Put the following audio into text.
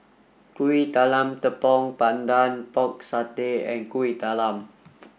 Kuih Talam Tepong Pandan Pork Satay and Kueh Talam